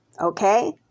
Okay